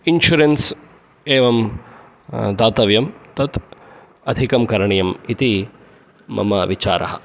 insurance एवं दातव्यं तत् अधिकं करणीयम् इति मम विचारः